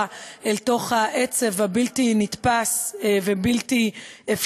אל תוך העצב הבלתי-נתפס והבלתי-אפשרי,